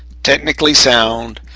technically sound,